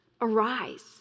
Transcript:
Arise